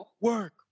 work